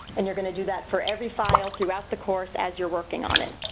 and you're gonna do that for every file throughout the course as you're working on it.